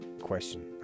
question